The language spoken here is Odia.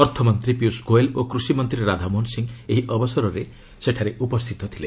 ଅର୍ଥମନ୍ତ୍ରୀ ପିୟୁଷ ଗୋୟଲ ଓ କୃଷି ମନ୍ତ୍ରୀ ରାଧାମୋହନ ସିଂହ ଏହି ଅବସରରେ ସେଠାରେ ଉପସ୍ଥିତ ଥିଲେ